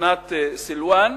שכונת סילואן,